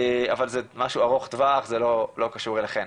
אבל זה משהו ארוך טווח, זה לא קשור אליכם.